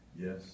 yes